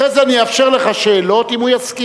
אחרי זה אני אאפשר לך שאלות, אם הוא יסכים.